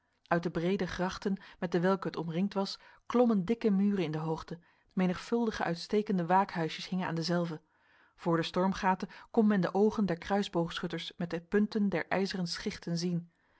uit de brede grachten met dewelke het omringd was klommen dikke muren in de hoogte menigvuldige uitstekende waakhuisjes hingen aan dezelve voor de stormgaten kon men de ogen der kruisboogschutters met de punten der ijzeren schichten zien